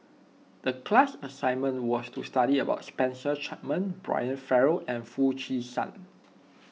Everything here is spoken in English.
the class assignment was to study about Spencer Chapman Brian Farrell and Foo Chee San